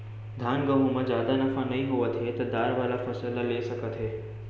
धान, गहूँ म जादा नफा नइ होवत हे त दार वाला फसल ल ले सकत हे